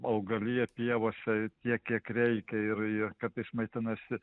augaliją pievose tiek kiek reikia ir ir kartais maitinasi